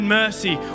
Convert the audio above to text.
mercy